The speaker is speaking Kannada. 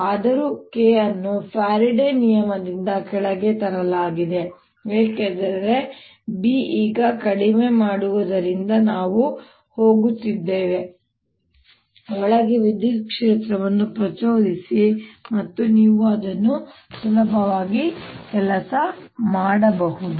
ಆದರೂ K ಅನ್ನು ಫ್ಯಾರಡೆ ನಿಯಮದಿಂದ ಕೆಳಗೆ ತರಲಾಗಿದೆ ಏಕೆಂದರೆ B ಈಗ ಕಡಿಮೆ ಮಾಡುವುದರಿಂದ ನಾವು ಹೋಗುತ್ತಿದ್ದೇವೆ ಒಳಗೆ ವಿದ್ಯುತ್ ಕ್ಷೇತ್ರವನ್ನು ಪ್ರಚೋದಿಸಿ ಮತ್ತು ನೀವು ಅದನ್ನು ಸುಲಭವಾಗಿ ಕೆಲಸ ಮಾಡಬಹುದು